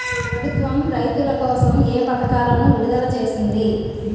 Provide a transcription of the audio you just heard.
ప్రభుత్వం రైతుల కోసం ఏ పథకాలను విడుదల చేసింది?